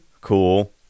cool